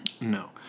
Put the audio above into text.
No